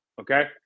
Okay